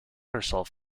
herself